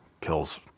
kills